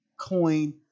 coin